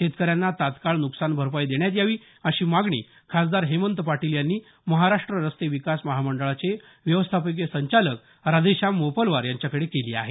शेतकऱ्यांना तात्काळ नुकसान भरपाई देण्यात यावी अशी मागणी खासदार हेमंत पाटील यांनी महाराष्ट्र रस्ते विकास महामंडळाचे व्यवस्थापकीय संचालक राधेश्याम मोपलवार यांच्याकडे केली आहे